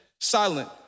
silent